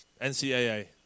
NCAA